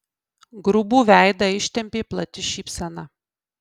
grubų veidą ištempė plati šypsena